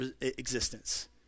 existence